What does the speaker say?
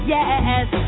Yes